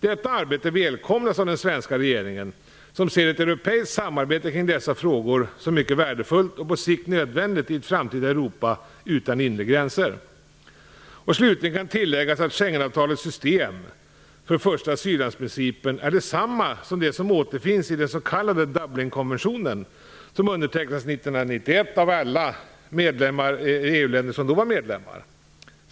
Detta arbete välkomnas av den svenska regeringen, som ser ett europeiskt samarbete kring dessa frågor som mycket värdefullt och på sikt nödvändigt i ett framtida Europa utan inre gränser. Slutligen kan tilläggas att Schengenavtalets system för första asyllandsprincipen är detsamma som det som återfinns i den s.k. Dublinkonventionen, som undertecknades 1991 av alla länder som då var medlemmar i EU.